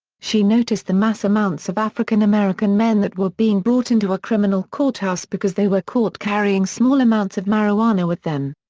she noticed the mass amounts of african american men that were being brought into a criminal courthouse because they were caught carrying small amounts of marijuana with them.